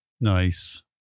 nice